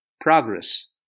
progress